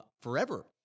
forever